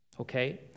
Okay